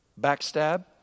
backstab